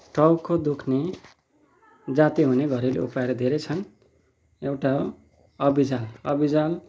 टाउको दुख्ने जाती हुने घरेलु उपायहरू धेरै छन् एउटा अभिजाल अभिजाल